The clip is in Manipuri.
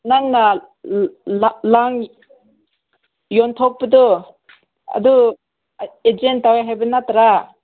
ꯅꯪꯅꯥ ꯂꯝ ꯌꯣꯟꯊꯣꯛꯄꯗꯣ ꯑꯗꯨ ꯑꯦꯖꯦꯟ ꯇꯧꯏ ꯍꯥꯏꯕ ꯅꯠꯇ꯭ꯔꯥ